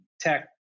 tech